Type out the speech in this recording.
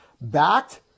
backed